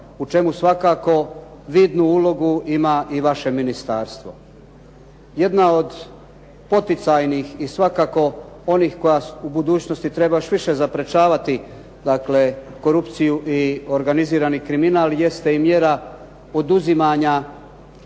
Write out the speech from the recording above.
u čemu svakako vidnu ulogu ima i vaše ministarstvo. Jedna od poticajnih i svakako onih koja u budućnosti treba još više zaprečavati dakle korupciju i organizirani kriminal jeste i mjere poduzimanja